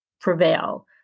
prevail